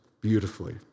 beautifully